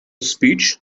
speech